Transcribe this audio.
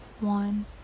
One